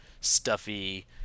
stuffy